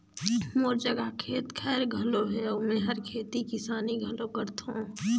मोर जघा खेत खायर घलो हे अउ मेंहर खेती किसानी घलो करथों